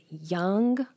young